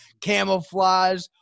camouflage